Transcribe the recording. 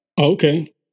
Okay